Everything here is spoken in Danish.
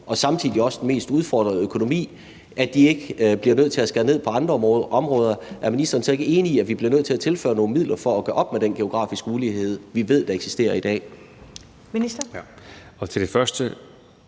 og samtidig også den mest udfordrede økonomi bliver nødt til at skære ned på andre områder, er ministeren så ikke enig i, at vi bliver nødt til at tilføre nogle midler for at gøre op med den geografiske ulighed, vi ved der eksisterer i dag?